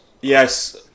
Yes